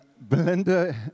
Belinda